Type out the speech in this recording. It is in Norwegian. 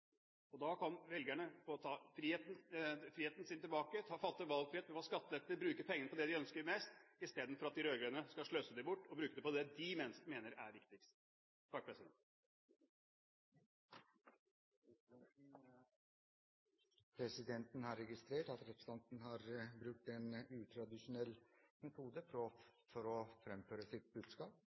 handlekraft. Da kan velgerne ta friheten sin tilbake, fatte valgfrihet når vi får skattelette og bruke pengene på det de ønsker mest, istedenfor at de rød-grønne skal sløse dem bort og bruke dem på det de mener er riktigst. Presidenten har registrert at representanten har brukt en utradisjonell metode for å framføre sitt budskap.